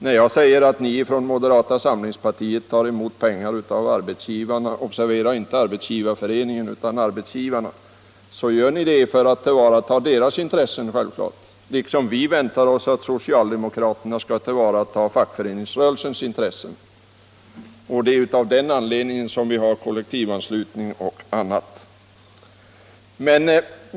När ni i moderata samlingspartiet tar emot pengar av arbetsgivarna — observera, inte Arbetsgivareföreningen utan arbetsgivarna — så gör ni det självfallet för att tillvarata deras intressen, liksom vi väntar oss att socialdemokraterna skall tillvarata fackföreningsrörelsens intressen. Det är av den anledningen vi har kollektivanslutning och samarbete.